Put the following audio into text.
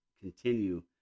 continue